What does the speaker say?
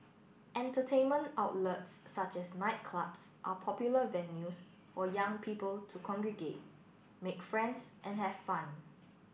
entertainment outlets such as nightclubs are popular venues for young people to congregate make friends and have fun